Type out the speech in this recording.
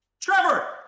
Trevor